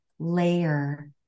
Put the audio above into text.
Layer